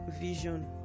vision